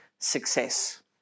Success